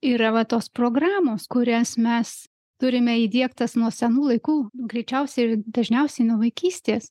yra va tos programos kurias mes turime įdiegtas nuo senų laikų greičiausiai ir dažniausiai nuo vaikystės